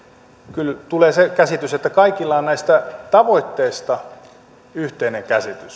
kyllä tulee se käsitys että kaikilla on näistä tavoitteista yhteinen käsitys